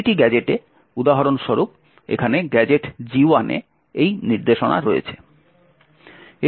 প্রতিটি গ্যাজেটে উদাহরণস্বরূপ এখানে গ্যাজেট G1 এ এই নির্দেশনা রয়েছে